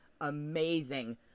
amazing